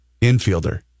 Infielder